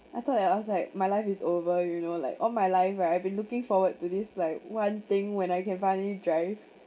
I thought that I was like my life is over you know like all my life right I've been looking forward to this like one thing when I can finally drive